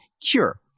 cure